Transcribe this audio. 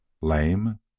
Lame